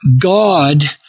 God